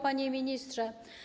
Panie Ministrze!